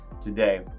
today